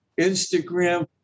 Instagram